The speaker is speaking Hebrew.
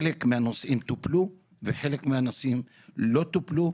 חלק מהנושאים טופלו וחלק מהנושאים לא טופלו.